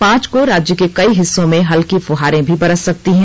पांच को राज्य के कई हिस्सों में हल्की फुहारें भी बरस सकती हैं